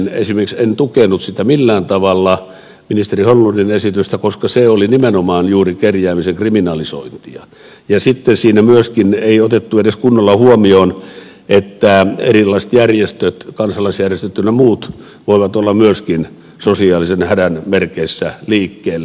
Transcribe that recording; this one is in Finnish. minä esimerkiksi en tukenut millään tavalla sitä ministeri holmlundin esitystä koska se oli nimenomaan juuri kerjäämisen kriminalisointia eikä siinä otettu edes kunnolla huomioon että erilaiset järjestöt kansalaisjärjestöt ynnä muut voivat olla myöskin sosiaalisen hädän merkeissä liikkeellä